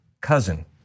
cousin